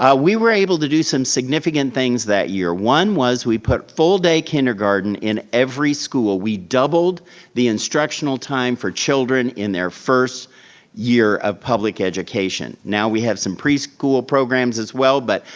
ah we were able to do some significant things that year. one was, we put full day kindergarten in every school. we doubled the instructional time for children in their first year of public education. now we have some preschool programs as well, but,